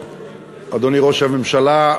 אדוני היושב-ראש, אדוני ראש הממשלה,